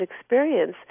experience